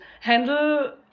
handle